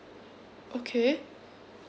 okay